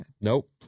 Nope